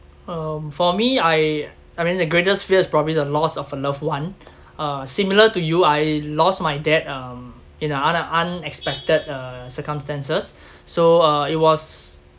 um for me I I mean the greatest fear is probably the loss of a loved one uh similar to you I lost my dad um in a un~ unexpected uh circumstances so uh it was